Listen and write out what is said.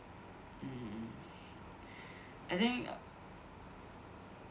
mm I think